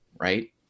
right